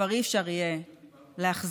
כבר אי-אפשר יהיה להחזיר.